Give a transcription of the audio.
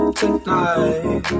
tonight